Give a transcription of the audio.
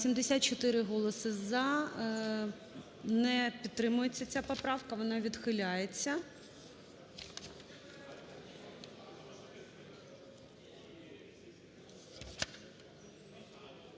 74 голоси "за", не підтримується ця поправка, вона відхиляється.